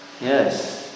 Yes